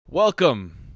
welcome